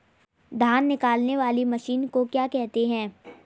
धान निकालने वाली मशीन को क्या कहते हैं?